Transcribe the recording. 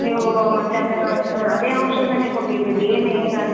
ನೀವೂ ಮತ್ತೆ ಅದನ್ನು ಹಾಂ ಅದೇ ಔಷಧನೆ ಕೊಟ್ಟಿದ್ದೀರಿ ಏನು ಹೆಂಗ